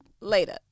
later